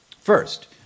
First